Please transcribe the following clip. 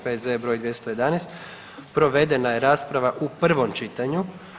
P.Z.E. br. 211. provedena je rasprava u prvom čitanju.